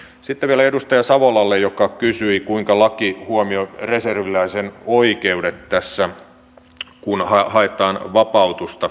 sitten vielä edustaja savolalle joka kysyi kuinka laki huomioi reserviläisen oikeudet tässä kun haetaan vapautusta